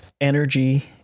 energy